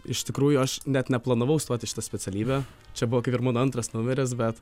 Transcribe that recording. iš tikrųjų aš net neplanavau stoti į šitą specialybę čia buvo kaip ir antras mano numeris bet